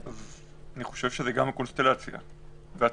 אני חושב שזה גם הקונסטלציה והצפיפות.